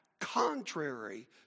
contrary